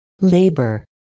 labor